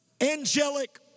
angelic